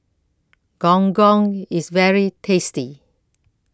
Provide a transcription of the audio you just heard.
Gong Gong IS very tasty